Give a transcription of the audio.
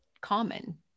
common